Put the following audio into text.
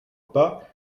pas